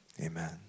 Amen